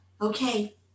Okay